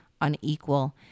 unequal